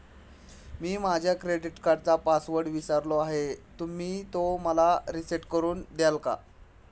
मी माझा क्रेडिट कार्डचा पासवर्ड विसरलो आहे तर तुम्ही तो पुन्हा रीसेट करून द्याल का?